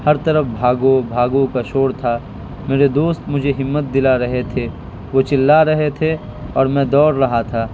ہر طرف بھاگو بھاگو کا شور تھا میرے دوست مجھے ہمت دلا رہے تھے وہ چلا رہے تھے اور میں دوڑ رہا تھا